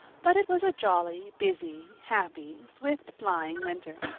but it was a jolly, busy, happy swift-flying winter.